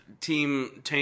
Team